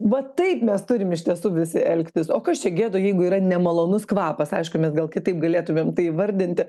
va taip mes turim iš tiesų visi elgtis o kas čia gėda jeigu yra nemalonus kvapas aišku mes gal kitaip galėtumėm tai įvardinti